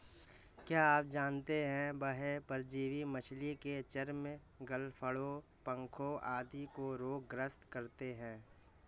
क्या आप जानते है बाह्य परजीवी मछली के चर्म, गलफड़ों, पंखों आदि को रोग ग्रस्त करते हैं?